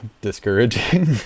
discouraging